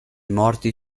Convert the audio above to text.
morti